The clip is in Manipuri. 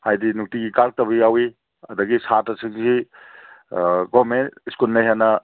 ꯍꯥꯏꯗꯤ ꯅꯨꯡꯇꯤꯒꯤ ꯀꯥꯔꯛꯇꯕ ꯌꯥꯎꯏ ꯑꯗꯒꯤ ꯁꯥꯠꯇ꯭ꯔꯁꯤꯡꯁꯤ ꯒꯣꯔꯃꯦꯟ ꯁ꯭ꯀꯨꯜꯅ ꯍꯦꯟꯅ